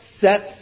sets